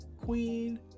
queen